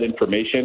information